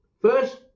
First